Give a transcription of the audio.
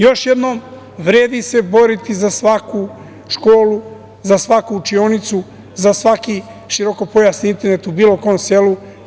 Još jednom, vredi se boriti za svaku školu, za svaku učionicu, za svaki širokopojasni internet u bilo kom selu.